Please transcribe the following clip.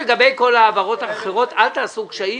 לקבל פעימה אחת ולעקוב מה קורה,